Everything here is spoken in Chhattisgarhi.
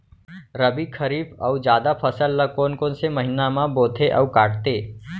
रबि, खरीफ अऊ जादा फसल ल कोन कोन से महीना म बोथे अऊ काटते?